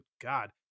God